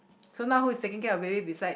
so now who is taking care of baby besides